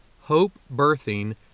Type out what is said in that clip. hope-birthing